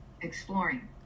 Exploring